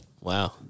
Wow